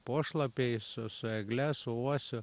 pošlapiai su su egle su uosiu